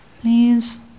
please